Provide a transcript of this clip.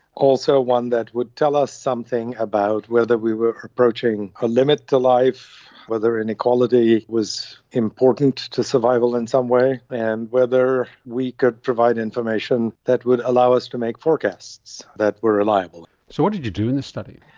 also one that would tell us something about whether we were approaching a limit to life, whether inequality was important to survival in some way, and whether we could provide information that would allow us to make forecasts that were reliable. so what did you do in this study?